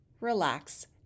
relax